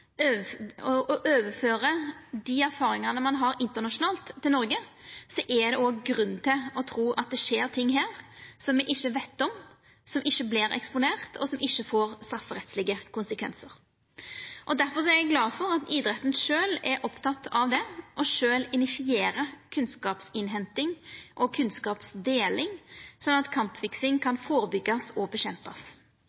tru at det skjer ting her som me ikkje veit om, som ikkje vert eksponerte, og som ikkje får strafferettslege konsekvensar. Derfor er eg glad for at idretten sjølv er oppteken av det, og at idretten sjølv initierer kunnskapsinnhenting og kunnskapsdeling, sånn at ein både kan førebyggja og kjempa mot kampfiksing. Men idretten kan